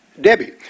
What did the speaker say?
Debbie